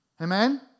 Amen